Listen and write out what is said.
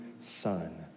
son